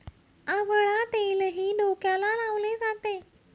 आवळा तेलही डोक्याला लावले जाते